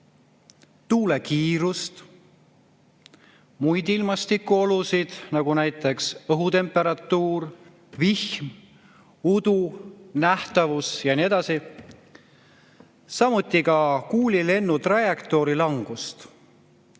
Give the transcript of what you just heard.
tuule kiirust, muid ilmastikuolusid, näiteks õhutemperatuuri, vihma, udu, nähtavust ja nii edasi, samuti kuuli lennutrajektoori langust.